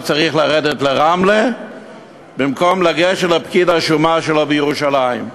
הוא צריך לרדת לרמלה במקום לגשת לפקיד השומה שלו בירושלים.